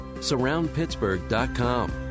SurroundPittsburgh.com